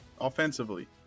offensively